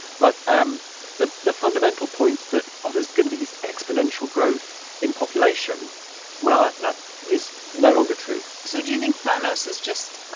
but um the the fundamental point that, oh, there's going to be this exponential growth in population well, that is no longer true so do you think thanos is just,